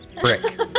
brick